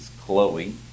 Chloe